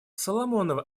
соломоновы